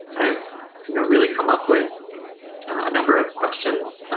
i've you know really come up with a number of questions,